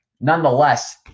Nonetheless